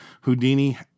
Houdini